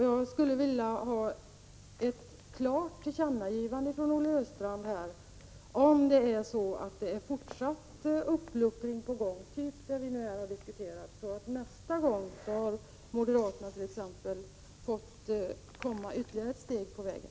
Jag skulle vilja ha ett klart tillkännagivande från Olle Östrand om fortsatt uppluckring av den typ vi nu har diskuterat är på gång, så att t.ex. moderaterna nästa gång frågan behandlas kommer ytterligare ett steg på vägen.